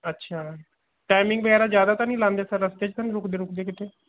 ਅੱਛਾ ਟਾਈਮਿੰਗ ਵਗੈਰਾ ਜ਼ਿਆਦਾ ਤਾਂ ਨਹੀਂ ਲਾਉਂਦੇ ਸਰ ਰਸਤੇ 'ਚ ਤਾਂ ਨਹੀਂ ਰੁਕਦੇ ਰੁਕਦੇ ਕਿਤੇ